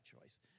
choice